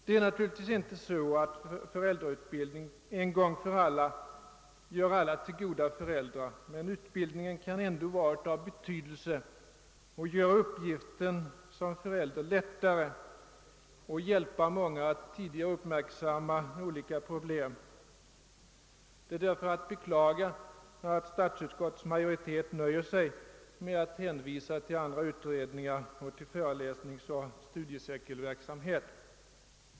Det är naturligtvis inte så att en föräldrautbildning en gång för alla gör alla till goda föräldrar, men utbildningen kan ändå vara av betydelse för att underlätta uppgiften som förälder och hjälpa många att tidigt uppmärksamma olika problem. Det är därför att beklaga att statsutskottets majoritet nöjer sig med att hänvisa till andra utredningar och till föreläsningsoch studiecirkelverksamhet.